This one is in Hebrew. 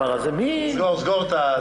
סגור את זה.